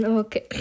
okay